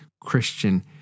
Christian